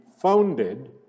founded